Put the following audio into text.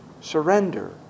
surrender